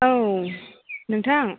औ नोंथां